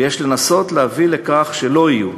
ויש לנסות להביא לכך שלא יהיו,